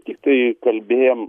tiktai kalbėjom